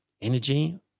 energy